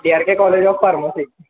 B R K college of pharmacy